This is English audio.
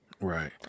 right